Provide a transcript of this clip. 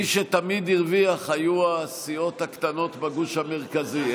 מי שתמיד הרוויח היו הסיעות הקטנות בגוש המרכזי.